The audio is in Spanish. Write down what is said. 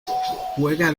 juega